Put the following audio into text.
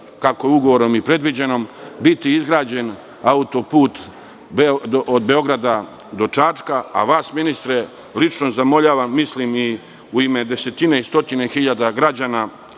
kako je ugovorom i predviđeno, biti izgrađen autoput od Beograda do Čačka. Vas, ministre, lično zamoljavam u ime desetine i stotine hiljada građana